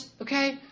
Okay